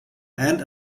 and